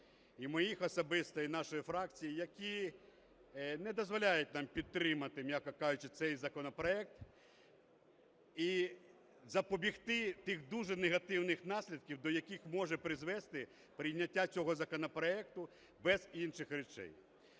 і моїх особисто, і нашої фракції, які не дозволяють нам підтримати, м'яко кажучи, цей законопроект, і запобігти тих дуже негативних наслідків, до яких може призвести прийняття цього законопроекту без інших речей.